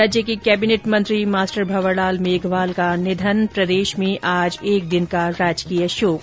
राज्य के कैबिनेट मंत्री मास्टर भंवरलाल मेघवाल का निधन प्रदेश में आज एक दिन का राजकीय शोक